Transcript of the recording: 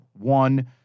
one